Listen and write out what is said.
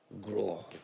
grow